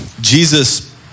Jesus